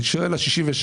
אני שואל על 66